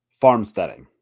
farmsteading